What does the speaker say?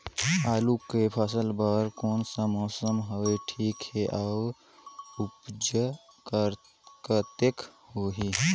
आलू के फसल बर कोन सा मौसम हवे ठीक हे अउर ऊपज कतेक होही?